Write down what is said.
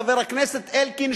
חבר הכנסת אלקין,